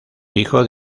hijo